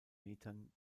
metern